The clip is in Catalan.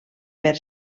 per